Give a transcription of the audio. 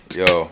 yo